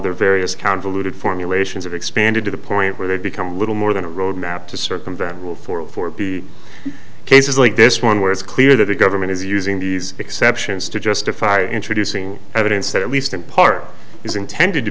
their various counter looted formulations have expanded to the point where they become little more than a roadmap to circumvent will for for be cases like this one where it's clear that the government is using these exceptions to justify introducing evidence that at least in part is intended to